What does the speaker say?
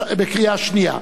בקריאה שנייה.